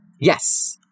Yes